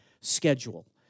schedule